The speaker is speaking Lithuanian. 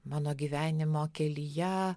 mano gyvenimo kelyje